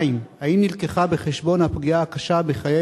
2. האם נלקחה בחשבון הפגיעה הקשה בחיי